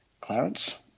Clarence